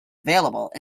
available